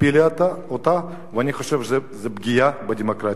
הפילה אותה, ואני חושב שזו פגיעה בדמוקרטיה.